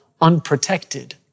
unprotected